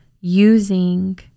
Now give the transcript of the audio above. using